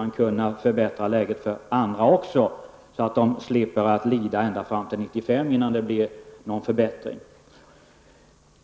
om kunna förbättra läget även för andra, så att de slipper att lida ända fram till 1995 innan det blir någon förbättring.